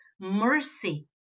mercy